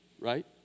right